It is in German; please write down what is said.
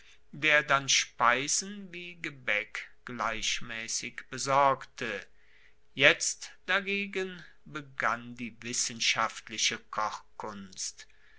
der dann speisen wie gebaeck gleichmaessig besorgte jetzt dagegen begann die wissenschaftliche kochkunst